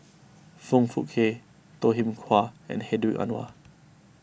Foong Fook Kay Toh Kim Hwa and Hedwig Anuar